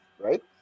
right